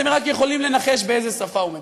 אתם רק יכולים לנחש באיזו שפה הוא מדבר.